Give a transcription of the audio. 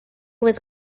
was